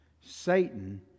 Satan